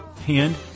hand